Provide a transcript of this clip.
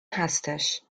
هستش